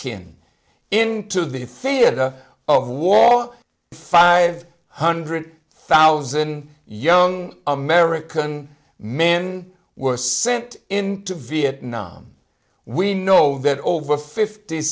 in into the theater of war five hundred thousand young american men were sent into vietnam we know that over fifty